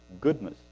goodness